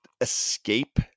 escape